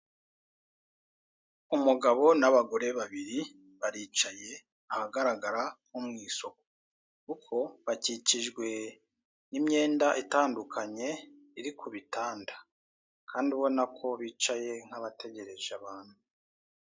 Umugabo n'abagore babiri baricaye ahagaragara nko mu isoko, kuko bakikijwe n'imyenda itandukanye iri ku bitanda, kandi ubona ko bicaye nk'abategereje abantu.